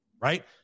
right